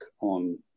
on